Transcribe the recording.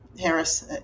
Harris